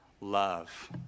love